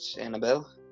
Annabelle